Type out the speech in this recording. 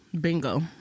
Bingo